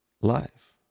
life